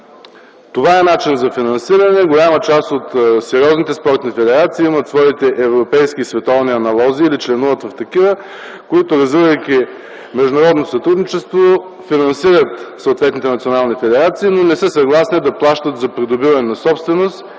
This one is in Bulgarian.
Това е начин за финансиране. Голяма част от сериозните спортни федерации имат своите европейски и световни аналози или членуват в такива, които, развивайки международно сътрудничество, финансират съответните национални федерации, но не са съгласни да плащат за придобиване на собственост,